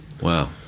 Wow